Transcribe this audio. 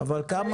אבל כמה